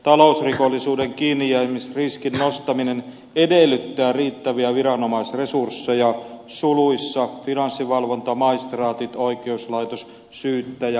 talousrikollisuuden kiinnijäämisriskin nostaminen edellyttää riittäviä viranomaisresursseja suluissa finanssivalvonta maistraatit oikeuslaitos syyttäjä